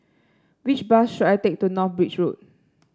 which bus should I take to North Bridge Road